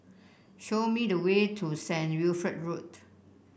show me the way to Saint Wilfred Road